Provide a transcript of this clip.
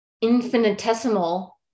infinitesimal